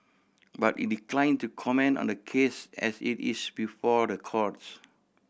but it declined to comment on the case as it is before the courts